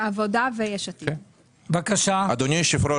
אדוני היושב-ראש,